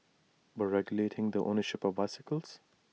but regulating the ownership of bicycles